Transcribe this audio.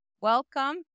Welcome